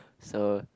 so